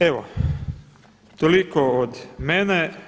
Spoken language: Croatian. Evo toliko od mene.